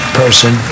person